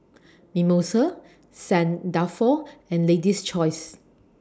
Mimosa Saint Dalfour and Lady's Choice